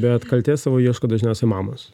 bet kaltės savo ieško dažniausiai mamos